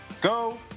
go